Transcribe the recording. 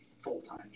full-time